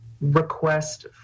request